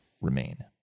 remain